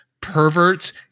perverts